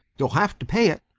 you'll have to pay it,